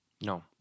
No